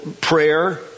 prayer